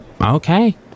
Okay